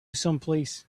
someplace